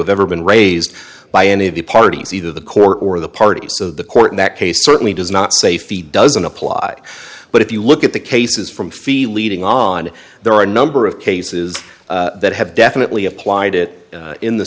have ever been raised by any of the parties either the court or the party so the court in that case certainly does not safety doesn't apply but if you look at the cases from feel leading on there are a number of k he says that have definitely applied it in the